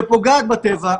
שפוגעת בטבע.